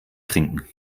trinken